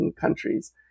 countries